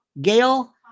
Gail